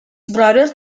brother